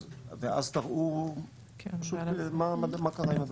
אז תראו פשוט מה קרה.